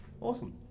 Awesome